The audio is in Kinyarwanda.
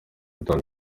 itanu